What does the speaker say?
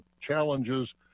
challenges